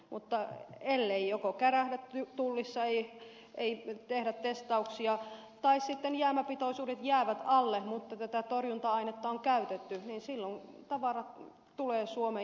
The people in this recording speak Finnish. mutta ellei kärähdä tullissa ei tehdä testauksia tai sitten jäämäpitoisuudet jäävät alle mutta tätä torjunta ainetta on käytetty niin silloin tavara tulee suomeen